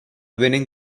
winning